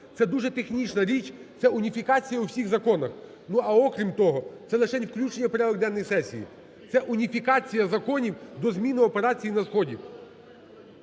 Це дуже технічна річ, це уніфікація у всіх законах. А окрім того це лишень включення в порядок денний сесії. Це уніфікація законів до зміни операції на сході.